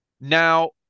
Now